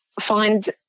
Find